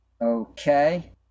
Okay